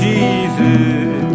Jesus